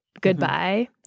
goodbye